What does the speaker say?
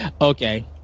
Okay